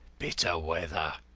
bitter weather.